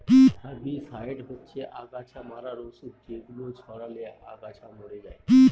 herbicide হচ্ছে অগাছা মারার ঔষধ যেগুলো ছড়ালে আগাছা মরে যায়